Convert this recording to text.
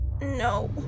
No